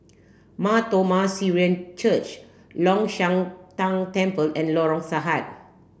Mar Thom Mar Syrian Church Long Shan Tang Temple and Lorong Sahad